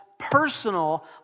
personal